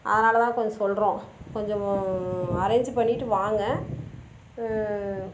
அதனால் தான் கொஞ்சம் சொல்லுறோம் கொஞ்சம் அரேஞ்ச் பண்ணிவிட்டு வாங்க